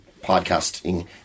podcasting